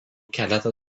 keletą